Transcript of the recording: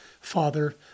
Father